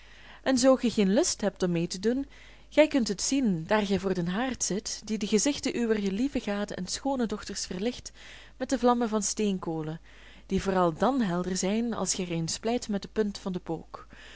en zoo ge geen lust hebt om mee te doen gij kunt het zien daar gij voor den haard zit die de gezichten uwer lieve gade en schoone dochters verlicht met de vlammen van steenkolen die vooral dan helder zijn als gij er een splijt met de punt van de pook